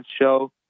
show